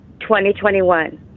2021